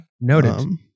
Noted